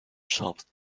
chopped